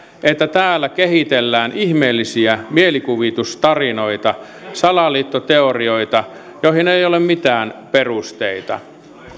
että täällä kehitellään ihmeellisiä mielikuvitustarinoita salaliittoteorioita joihin ei ole mitään perusteita